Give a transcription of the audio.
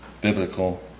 biblical